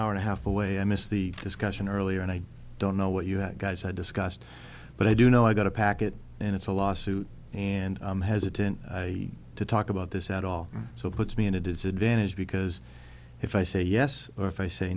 hour and a half away i missed the discussion earlier and i don't know what you that guys had discussed but i do know i got a packet and it's a lawsuit and hesitant to talk about this at all so it puts me in a disadvantage because if i say yes or if i say